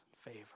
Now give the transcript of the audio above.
favor